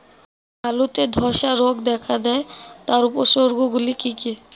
আলুতে ধ্বসা রোগ দেখা দেয় তার উপসর্গগুলি কি কি?